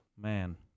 Man